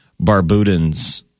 Barbudans